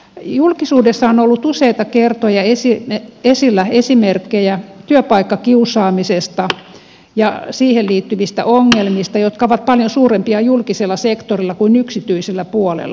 julkisuudessa on ollut useita kertoja esillä esimerkkejä työpaikkakiusaamisesta ja siihen liittyvistä ongelmista jotka ovat paljon suurempia julkisella sektorilla kuin yksityisellä puolella